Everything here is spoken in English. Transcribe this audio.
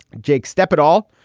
jake step at all.